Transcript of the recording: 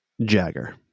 Jagger